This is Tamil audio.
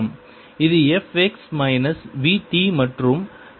இது f x minus v t மற்றும் இது 0 க்கு சமம் ஆகும்